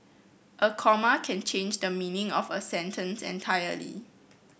a comma can change the meaning of a sentence entirely